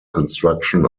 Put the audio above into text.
construction